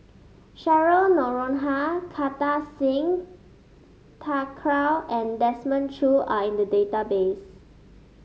Cheryl Noronha Kartar Singh Thakral and Desmond Choo are in the database